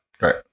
Right